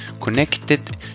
connected